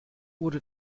wurde